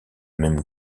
même